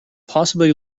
possibly